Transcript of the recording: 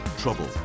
Trouble